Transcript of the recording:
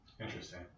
Interesting